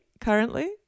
currently